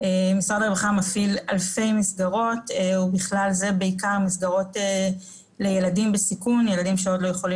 משרד הרווחה מפעיל אלפי מסגרות ובכלל זה בעיקר מסגרות לילדים בסיכון,